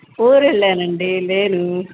ఊరు వెళ్ళానండి లేను